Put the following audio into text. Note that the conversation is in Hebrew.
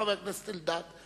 חבר הכנסת אלדד.